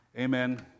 Amen